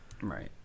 Right